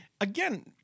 Again